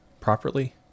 properly